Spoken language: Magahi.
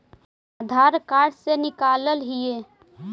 आधार कार्ड से निकाल हिऐ?